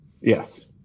Yes